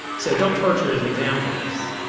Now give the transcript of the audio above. so don't torture as an example, this.